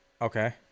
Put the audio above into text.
Okay